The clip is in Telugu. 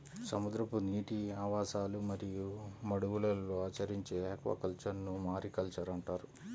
సముద్రపు నీటి ఆవాసాలు మరియు మడుగులలో ఆచరించే ఆక్వాకల్చర్ను మారికల్చర్ అంటారు